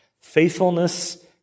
Faithfulness